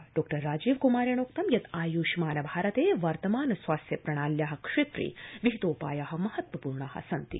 डॉ राजीव क्मारेणोक्तं यत् आय्ष्मान भारते वर्तमान स्वास्थ्य प्रणाल्या क्षेत्रे विहितोपाया महत्त्वपूर्णा सन्ति